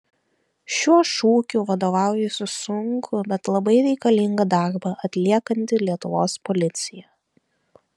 šiuo šūkiu vadovaujasi sunkų bet labai reikalingą darbą atliekanti lietuvos policija